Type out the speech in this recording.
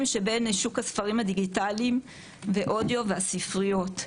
שבין שוק הספרים הדיגיטליים ואודיו והספריות.